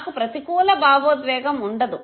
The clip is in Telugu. నాకు ప్రతికూల భావోద్వేగం ఉండదు